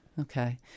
Okay